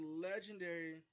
legendary